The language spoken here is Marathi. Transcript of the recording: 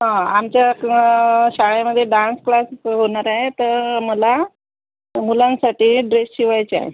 हां आमच्याक् शाळेमध्ये डान्स क्लास सुरू होणार आहे तर मला मुलांसाठी ड्रेस शिवायचे आहे